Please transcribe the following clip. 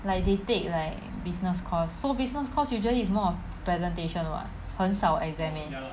like they take like business course so business course usually is more of presentation [what] 很少 exam